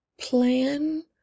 Plan